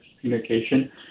communication